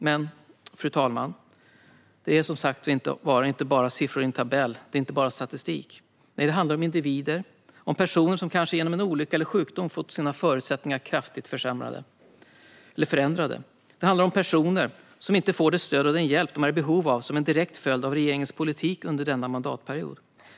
Men, fru talman, detta är som sagt inte bara siffror i en tabell. Det är inte bara statistik. Det handlar om individer - om personer som kanske genom en olycka eller sjukdom fått sina förutsättningar kraftigt försämrade eller förändrade. Det handlar om personer som inte får det stöd och den hjälp som de är i behov av, som en direkt följd av regeringens politik under denna mandatperiod.